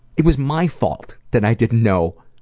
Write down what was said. it was my fault that i didn't know